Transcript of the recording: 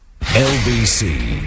LBC